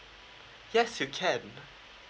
yes you can